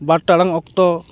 ᱵᱟᱨ ᱴᱟᱲᱟᱝ ᱚᱠᱛᱚ